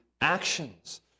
actions